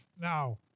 Now